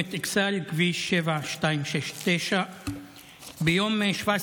צומת אכסאל, כביש 7269. ביום 17